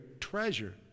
treasure